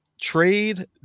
trade